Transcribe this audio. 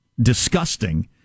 disgusting